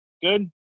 good